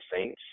saints